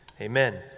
amen